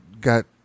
got